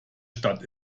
stadt